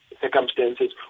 circumstances